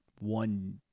one